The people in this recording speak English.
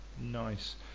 nice